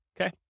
Okay